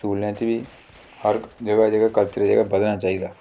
स्कूलें च बी हर जगह् जेह्का कल्चर जेह्ड़ा बधना चाहिदा